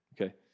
okay